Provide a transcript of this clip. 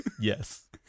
Yes